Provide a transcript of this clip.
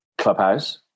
Clubhouse